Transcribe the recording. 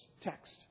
text